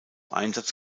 einsatz